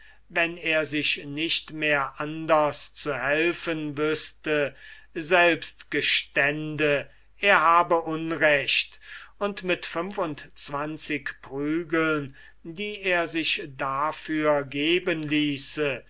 wenn er sich nicht mehr anders zu helfen wüßte selbst gestünde er habe unrecht und mit fünfundzwanzig prügel die er sich dafür geben ließe